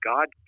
God